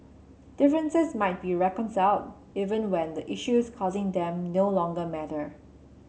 differences might not be reconciled even when the issues causing them no longer matter